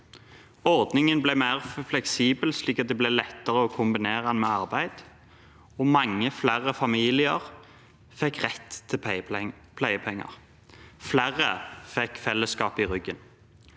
Ordningen ble mer fleksibel, slik at det ble lettere å kombinere den med arbeid, og mange flere familier fikk rett til pleiepenger. Flere fikk fellesskapet i ryggen.